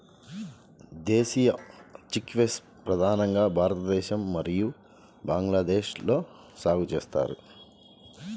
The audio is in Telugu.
దేశీయ చిక్పీస్ ప్రధానంగా భారతదేశం మరియు బంగ్లాదేశ్లో సాగు చేస్తారు